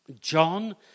John